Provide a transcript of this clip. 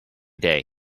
day